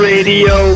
Radio